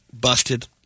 Busted